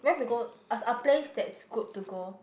where we go a place that's good to go